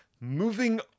moving